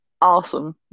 awesome